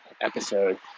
episode